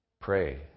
Pray